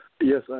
Yes